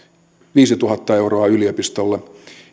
viisituhatta euroa yliopistolle